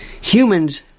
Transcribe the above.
Humans